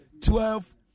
twelve